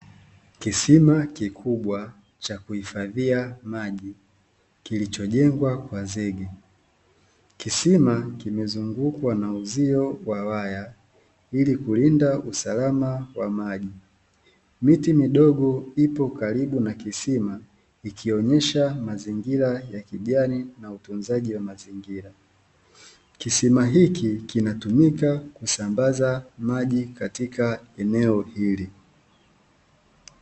Kisima kikubwa cha kuhifadhia maji kilichojengwa kwa zege. Kisima kimezungukwa na uzio wa waya ili kulinda usalama wa maji. Miti midogo ipo karibu na kisima ikionyesha mazingira ya kijani na utunzaji wa mazingira. Kisima hiki kinatumika kusambaza maji katika eneo hili.